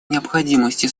необходимости